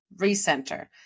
recenter